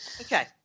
Okay